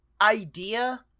idea